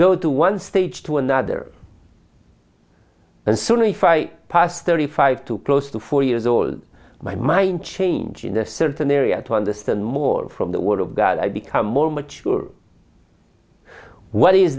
go to one stage to another and soon if i pass thirty five to close to four years old my mind change in a certain area to understand more from the word of god i become more mature what is